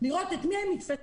לראות את מי הם יתפסו.